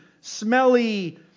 smelly